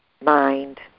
mind